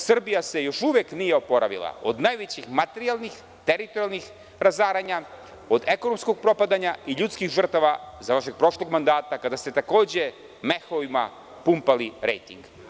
Srbija se još uvek nije oporavila od najvećih materijalnih, teritorijalnih razaranja, od ekonomskog propadanja i ljudskih žrtva za vreme vašeg prošlog mandata kada ste takođe mehovima pumpali rejting.